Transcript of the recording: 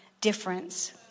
difference